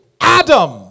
Adam